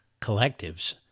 collectives